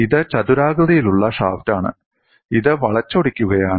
ഇത് ചതുരാകൃതിയിലുള്ള ഷാഫ്റ്റാണ് ഇത് വളച്ചൊടിക്കുകയാണ്